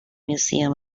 museum